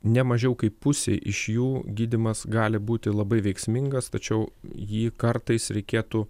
ne mažiau kaip pusė iš jų gydymas gali būti labai veiksmingas tačiau jį kartais reikėtų